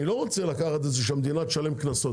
אני לא רוצה שהמדינה תשלם קנסות,